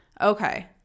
okay